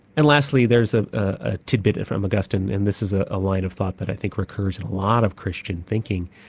and lastly, there's ah a titbit from augustine and this is ah a line of thought that i think occurs in a lot of christian thinking,